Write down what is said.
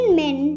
men